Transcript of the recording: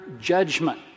judgment